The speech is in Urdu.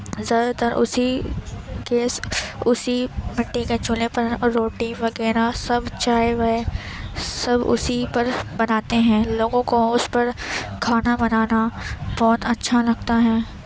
زیادہ تر اسی گیس اسی مٹی کے چولہے پر روٹی وغیرہ سب چائے وائے سب اسی پر بناتے ہیں لوگوں کو اس پر کھانا بنانا بہت اچھا لگتا ہے